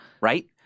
Right